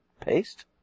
Paste